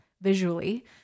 visually